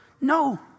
no